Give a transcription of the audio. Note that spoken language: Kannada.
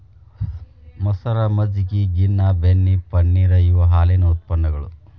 ಮಸರ, ಮಜ್ಜಗಿ, ಗಿನ್ನಾ, ಬೆಣ್ಣಿ, ಪನ್ನೇರ ಇವ ಹಾಲಿನ ಉತ್ಪನ್ನಗಳು